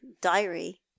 diary